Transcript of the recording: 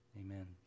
Amen